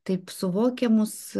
taip suvokiamus